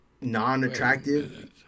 non-attractive